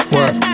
Work